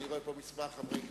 ואני רואה כמה חברי כנסת,